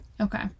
Okay